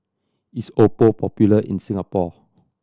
is Oppo popular in Singapore